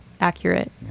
accurate